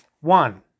One